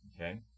okay